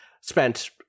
spent